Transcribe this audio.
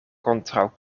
kontraŭ